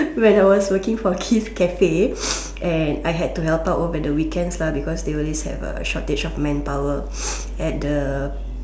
when I was working for Keith's Cafe and I had to help out over the weekends lah because they always have shortage of man power at the